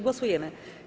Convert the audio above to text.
Głosujemy.